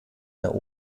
der